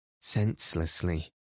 senselessly